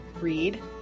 read